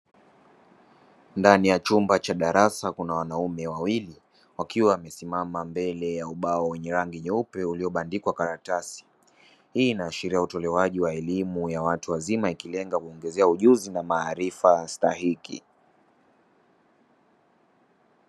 Ndani ya chumba cha darasa kuna wanaume wawili wakiwa wamesimama mbele ya ubao wenye rangi nyeupe uliobandikwa karatasi, hii inaashiria utolewaji wa elimu ya watu wazima ikilenga kuwaongezea ujuzi na maarifa stahiki.